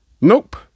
nope